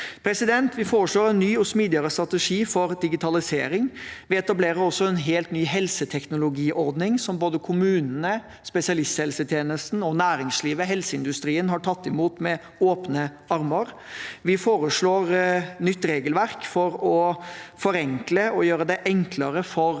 intensiveres. Vi foreslår en ny og smidigere strategi for digitalisering. Vi etablerer også en helt ny helseteknologiordning, som både kommunene, spesialisthelsetjenesten og næringslivet – helseindustrien – har tatt imot med åpne armer. Vi foreslår et nytt regelverk for å forenkle og gjøre det enklere for